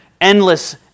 endless